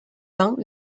bains